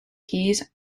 keys